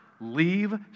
leave